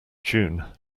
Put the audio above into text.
june